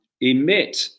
emit